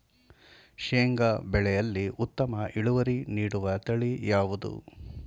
ಶೇಂಗಾ ಬೆಳೆಯಲ್ಲಿ ಉತ್ತಮ ಇಳುವರಿ ನೀಡುವ ತಳಿ ಯಾವುದು?